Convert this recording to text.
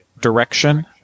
direction